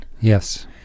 Yes